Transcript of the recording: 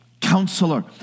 counselor